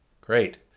Great